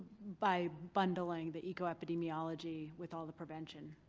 by bundling the eco-epidemiology with all the prevention.